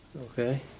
Okay